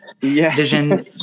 vision